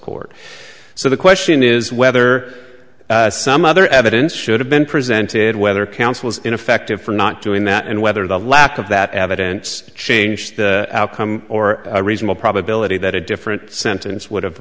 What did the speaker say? court so the question is whether some other evidence should have been presented whether counsel's ineffective for not doing that and whether the lack of that evidence changed the outcome or a reasonable probability that a different sentence would have